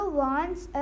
wants